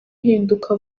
uhinduka